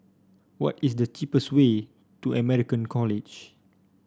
what is the cheapest way to American College